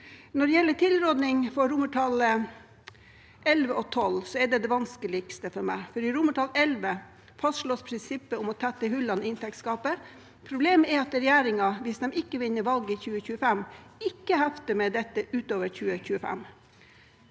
Når det gjelder tilrådingens XI og XII, er det det vanskeligste for meg. I XI fastslås prinsippet om å tette inntektsgapet. Problemet er at regjeringen, hvis de ikke vinner valget i 2025, ikke hefter for dette utover 2025.